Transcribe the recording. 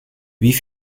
wie